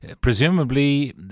presumably